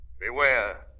Beware